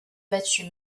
battu